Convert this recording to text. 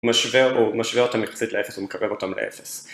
משווה או משווה אותם יחסית לאפס ומקרב אותם לאפס